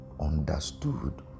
understood